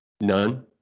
None